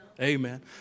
Amen